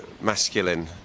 masculine